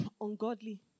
ungodly